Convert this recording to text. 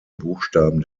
buchstaben